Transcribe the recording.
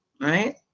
right